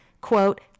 quote